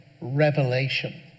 revelation